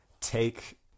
take